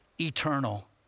eternal